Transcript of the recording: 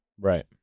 Right